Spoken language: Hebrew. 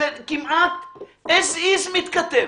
זה כמעט as is מתכתב.